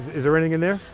is there anything in there?